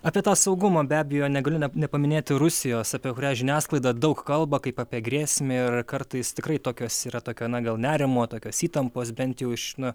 apie tą saugumą be abejo negaliu ne nepaminėti rusijos apie kurią žiniasklaida daug kalba kaip apie grėsmę ir kartais tikrai tokios yra tokio na gal nerimo tokios įtampos bent jau iš na